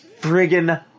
friggin